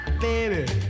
baby